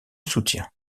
soutient